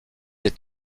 est